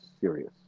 serious